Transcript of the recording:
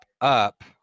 up